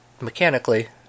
mechanically